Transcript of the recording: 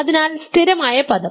അതിനാൽ സ്ഥിരമായ പദം